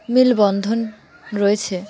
মেলবন্ধন রয়েছে